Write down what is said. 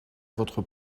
votre